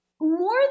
more